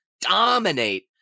Dominate